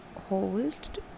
hold